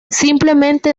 simplemente